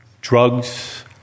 drugs